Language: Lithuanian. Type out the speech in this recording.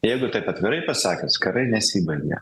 jeigu taip atvirai pasakius karai nesibaigia